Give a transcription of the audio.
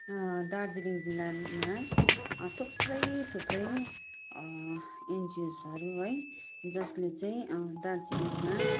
दार्जिलिङ जिल्लामा थुप्रै थुप्रै एनजिओसहरू है जसले चाहिँ दार्जिलिङमा